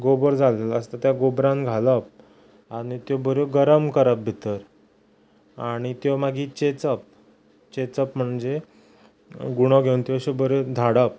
गोबर जाल्लेलो आसता त्या गोबरान घालप आनी त्यो बऱ्यो गरम करप भितर आनी त्यो मागी चेंचप चेंचप म्हणजे गुणो घेवन त्यो अशें बरें धाडप